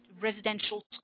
residential